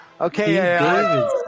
Okay